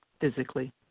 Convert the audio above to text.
physically